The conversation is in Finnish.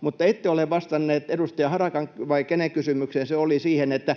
mutta ette ole vastannut edustaja Harakan kysymykseen, vai kenen kysymykseen se oli, siitä,